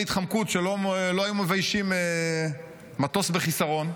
התחמקות שלא היו מביישים מטוס בחיסרון,